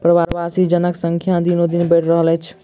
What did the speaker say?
प्रवासी जनक संख्या दिनोदिन बढ़ि रहल अछि